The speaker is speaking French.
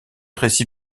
récit